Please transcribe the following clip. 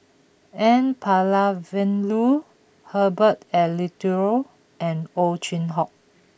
N Palanivelu Herbert Eleuterio and Ow Chin Hock